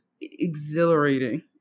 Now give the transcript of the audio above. exhilarating